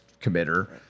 committer